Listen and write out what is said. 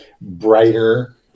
brighter